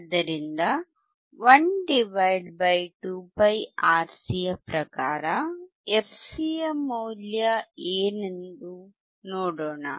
ಆದ್ದರಿಂದ 1 2πRC ಯ ಪ್ರಕಾರ fc ಯ ಮೌಲ್ಯ ಏನು ಎಂದು ನೋಡೋಣ